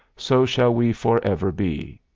so shall we forever be.